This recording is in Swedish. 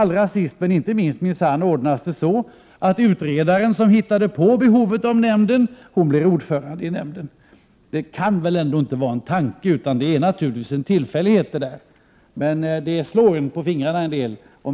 Allra sist, men inte minst, ordnas det minsann så att den utredare som hittat på behovet av nämnden blir ordförande i den. Det kan väl inte vara en tanke utan är naturligtvis en tillfällighet, men det lyser i ögonen.